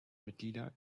mitglieder